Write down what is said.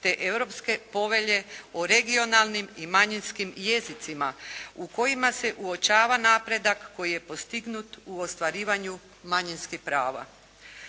te Europske povelje o regionalnim i manjinskim jezicima u kojima se uočava napredak koji je postignut u ostvarivanju manjinskih prava.